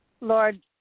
Lord